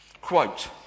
Quote